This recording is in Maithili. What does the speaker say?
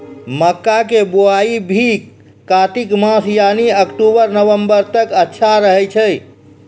मक्का के बुआई भी कातिक मास यानी अक्टूबर नवंबर तक अच्छा रहय छै